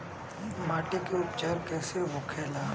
माटी के उपचार कैसे होखे ला?